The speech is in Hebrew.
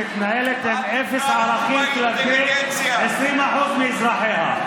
שמתנהלת עם אפס ערכים כלפי 20% מאזרחיה?